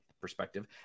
perspective